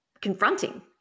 confronting